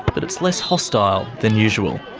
but it's less hostile than usual.